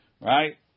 Right